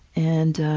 and